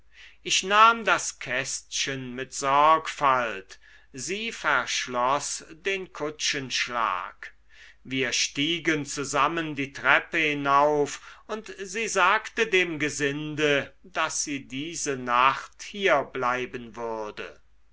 ich nahm das kästchen mit sorgfalt sie verschloß den kutschenschlag wir stiegen zusammen die treppe hinauf und sie sagte dem gesinde daß sie diese nacht hier bleiben würde